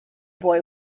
boy